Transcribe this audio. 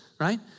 Right